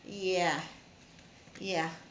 yeah yeah